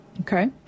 okay